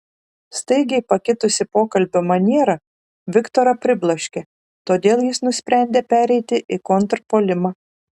staigiai pakitusi pokalbio maniera viktorą pribloškė todėl jis nusprendė pereiti į kontrpuolimą